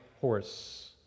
horse